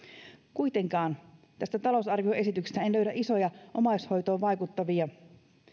kuitenkaan tästä talousarvioesityksestä en löydä isoja omaishoitoon vaikuttavia